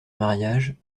mariage